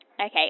okay